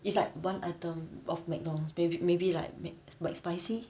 it's like one item of mcdonald's baby maybe like mac mac spicy